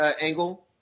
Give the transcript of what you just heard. angle